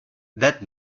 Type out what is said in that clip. that